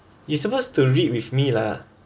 you're supposed to read with me lah